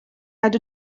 nad